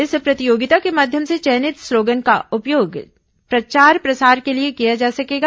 इस प्रतियोगिता के माध्यम से चयनित स्लोगन का उपयोग प्रचार प्रसार के लिए किया जा सकेगा